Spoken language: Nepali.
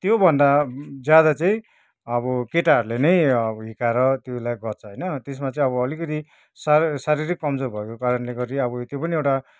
त्यो भन्दा ज्यादा चाहिँ अब केटाहरूले नै अब हिर्काएर त्योलाई गर्छ होइन त्यसमा चाहिँ अब अलिकति शारि शारीरिक कमजोर भएको कारणले गरी अब त्यो पनि एउटा